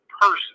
person